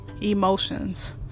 emotions